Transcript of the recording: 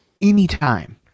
anytime